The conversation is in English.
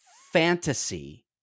fantasy